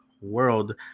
world